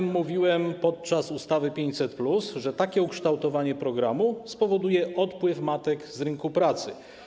Mówiłem o tym podczas omawiania ustawy 500+, że takie ukształtowanie programu spowoduje odpływ matek z rynku pracy.